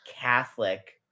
catholic